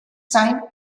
sein